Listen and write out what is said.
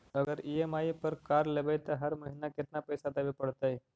अगर ई.एम.आई पर कार लेबै त हर महिना केतना पैसा देबे पड़तै?